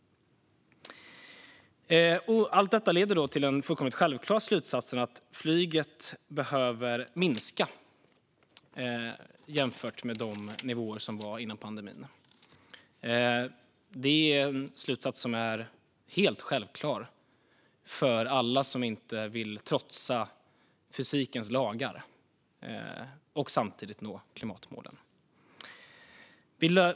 Allt detta leder till den fullkomligt självklara slutsatsen att flyget behöver minska jämfört med de nivåer som var före pandemin. Det är en slutsats som är helt självklar för alla som inte vill trotsa fysikens lagar och samtidigt nå klimatmålen.